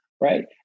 Right